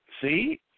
See